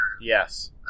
Yes